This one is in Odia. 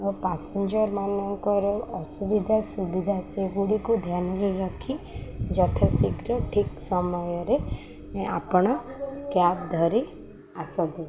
ଓ ପାସେଞ୍ଜର ମାନଙ୍କର ଅସୁବିଧା ସୁବିଧା ସେଗୁଡ଼ିକୁ ଧ୍ୟାନରେ ରଖି ଯଥା ଶୀଘ୍ର ଠିକ୍ ସମୟରେ ଆପଣ କ୍ୟାବ ଧରି ଆସନ୍ତୁ